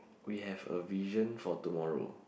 we have a vision for tomorrow